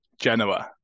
Genoa